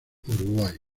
uruguay